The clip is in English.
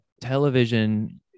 television